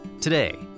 Today